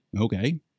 Okay